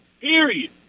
period